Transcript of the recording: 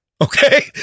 Okay